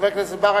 חבר הכנסת ברכה,